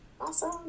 Awesome